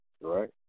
Right